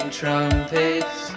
trumpets